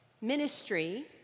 ministry